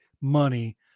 money